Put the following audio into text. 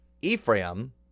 Ephraim